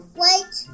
white